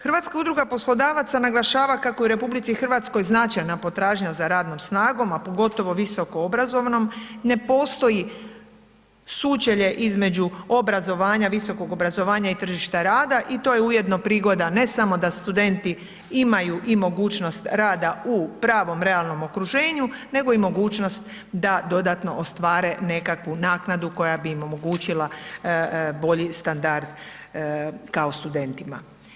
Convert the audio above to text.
Hrvatska udruga poslodavaca naglašava kako u RH značajna potražnja za radnom snagom, a pogotovo visokoobrazovnom, ne postoji sučelje između obrazovanja, visokog obrazovanja i tržišta rada i to je ujedno prigoda ne samo da studenti imaju i mogućnost rada u pravom realnom okruženju, nego i mogućnost da dodatno ostvare nekakvu naknadu koja bi im omogućila bolji standard kao studentima.